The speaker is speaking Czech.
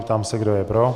Ptám se, kdo je pro.